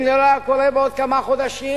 אם זה לא היה קורה בעוד כמה חודשים,